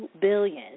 billion